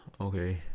okay